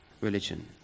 religion